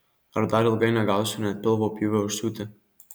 ar dar ilgai negausiu net pilvo pjūvio užsiūti